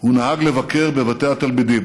הוא נהג לבקר בבתי התלמידים,